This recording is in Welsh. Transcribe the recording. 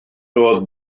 doedd